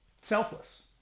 Selfless